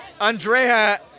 Andrea